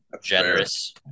Generous